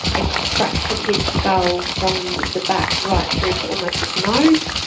and fractured his skull from the back right through to almost his nose.